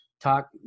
talk